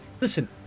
Listen